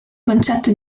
concetto